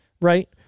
Right